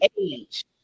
age